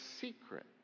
secret